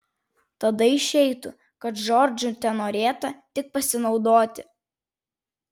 tada išeitų kad džordžu tenorėta tik pasinaudoti